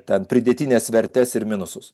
ten pridėtines vertes ir minusus